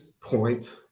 point